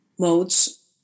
modes